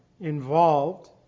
involved